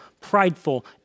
prideful